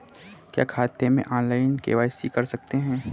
क्या खाते में ऑनलाइन के.वाई.सी कर सकते हैं?